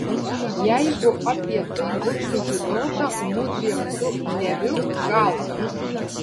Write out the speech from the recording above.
jeigu apie tai bus sužinota mudviem su neviu galas